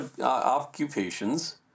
occupations